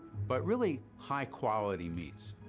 but really high quality meats,